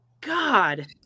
God